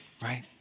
right